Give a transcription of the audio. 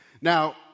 Now